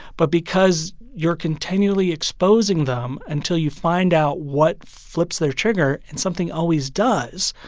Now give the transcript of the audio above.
but because you're continually exposing them until you find out what flips their trigger, and something always does,